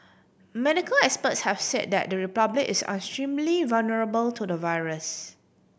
medical experts have said that the Republic is extremely vulnerable to the virus